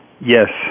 Yes